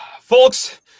Folks